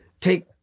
take